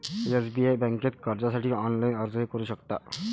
SBI बँकेत कर्जासाठी online अर्जही करू शकता